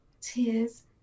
tears